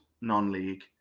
non-league